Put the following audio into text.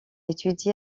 étudié